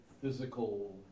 physical